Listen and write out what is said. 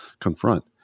confront